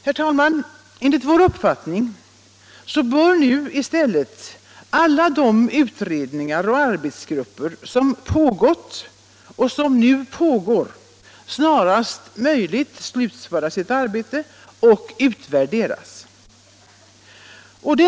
Herr talman! Enligt vår uppfattning bör nu i stället alla de utredningar och arbetsgrupper som har arbetat och som arbetar snarast slutföra sitt arbete och utvärderas.